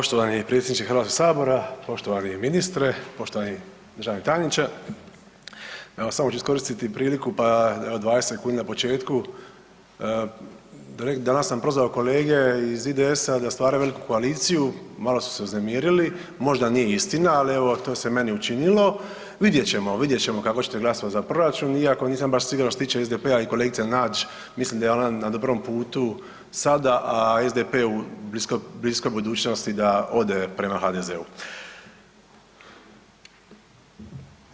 Poštovani predsjedniče Hrvatskog sabora, poštovani ministre, poštovani državni tajniče, evo samo ću iskoristiti priliku pa evo 20 sekundi na početku, danas sam prozvao kolege IDS-a da stvaraju veliku koaliciju, malo su se uznemirili, možda nije istina, ali evo to se meni učinilo, vidjet ćemo, vidjet ćemo kako ćete glasovati za proračun iako što nisam baš siguran što se tiče SDP-a i kolegice Nađ, mislim da je ona na dobrom putu sada, a SDP u bliskoj budućnosti da ode prema HDZ-u.